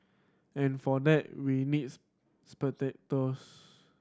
and for that we needs spectators